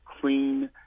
clean